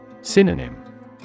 Synonym